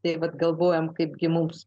tai vat galvojam kaipgi mums